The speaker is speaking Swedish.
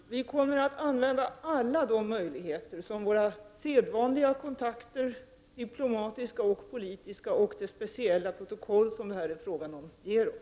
Herr talman! Vi kommer att använda alla de möjligheter som våra sedvanliga kontakter, diplomatiska och politiska, och det speciella protokollet i frågan ger oss.